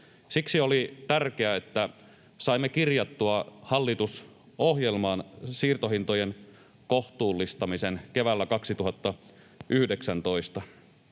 Siksi oli tärkeää, että saimme kirjattua hallitusohjelmaan siirtohintojen kohtuullistamisen keväällä 2019.